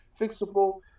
fixable